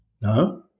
No